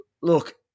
look